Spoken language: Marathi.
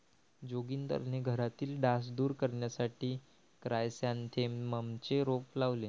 जोगिंदरने घरातील डास दूर करण्यासाठी क्रायसॅन्थेममचे रोप लावले